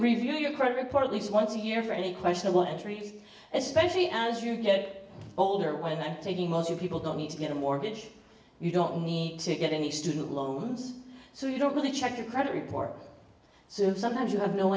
your credit report at least once a year for any questionable entries especially as you get older when i'm taking most people don't need to get a mortgage you don't need to get any student loans so you don't really check your credit report so sometimes you have no